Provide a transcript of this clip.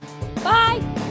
Bye